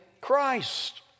Christ